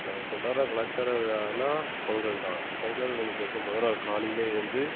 நான் கொண்டாடுகிற கலாச்சார விழானால் பொங்கல்தான் பொங்கல் அன்றைக்கு வந்து முத நாள் காலையிலே எந்து